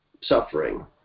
suffering